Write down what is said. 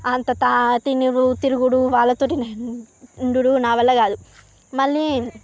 అంతా తా తినుడు తిరుగుడు వాళ్లతోటి నేను ఉండుడు నా వల్ల కాదు మళ్ళీ